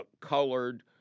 colored